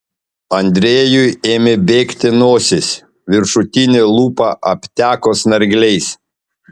andrejui ėmė bėgti nosis viršutinė lūpa apteko snargliais